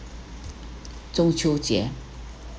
中秋节